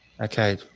Okay